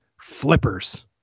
flippers